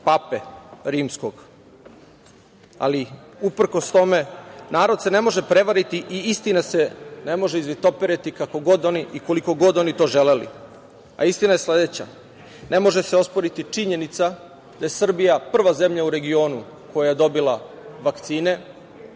Pape rimskog. Uprkos tome narod se ne može prevariti i istina se ne može izvitoperiti kako god oni i koliko god oni to želeli. Istina je sledeća. Ne može osporiti činjenica da je Srbija prva zemlja u regionu koja je dobila vakcine,